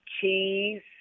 cheese